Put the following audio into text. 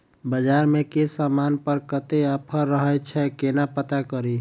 बजार मे केँ समान पर कत्ते ऑफर रहय छै केना पत्ता कड़ी?